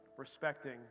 respecting